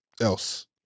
else